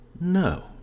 No